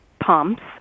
pumps